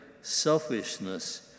selfishness